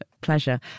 pleasure